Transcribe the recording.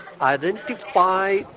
identify